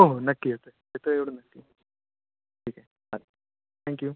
हो हो नक्की येतो आहे येतो आहे एवढं नक्की ठीक आहे हां थँक्यू